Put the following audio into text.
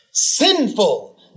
Sinful